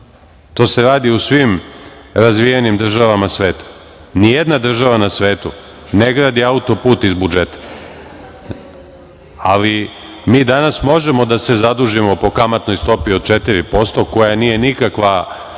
to se radi u svim razvijenim državama sveta. Ni jedna država na svetu ne gradi auto-put iz budžeta. Mi danas možemo da se zadužimo po kamatnoj stopi od 4%, koja nije nikakva